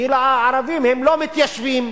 כי הערבים לא מתיישבים,